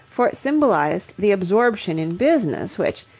for it symbolized the absorption in business which,